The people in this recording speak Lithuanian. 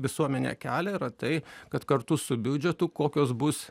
visuomenė kelia yra tai kad kartu su biudžetu kokios bus